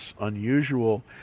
unusual